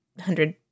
hundred